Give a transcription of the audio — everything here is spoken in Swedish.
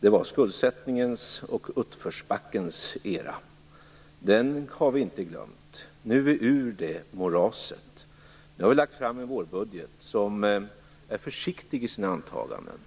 Det var skuldsättningens och utförsbackens era. Den har vi inte glömt. Nu är vi ur det moraset. Nu har vi lagt fram en vårbudget som är försiktig i sina antaganden.